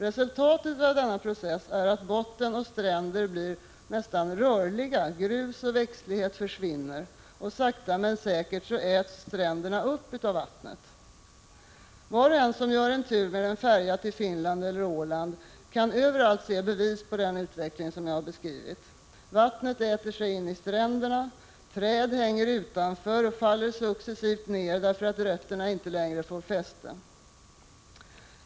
Resultatet av detta är att botten och stränder blir nästan rörliga, grus och växtlighet försvinner. Sakta men säkert äts stränderna upp av vattnet. Var och en som gör en tur med en färja till Finland och till Åland kan överallt se bevis på den utveckling jag beskrivit. Vattnet äter sig in i stränderna, träd hänger utanför och faller successivt ner därför att rötterna inte längre får fäste.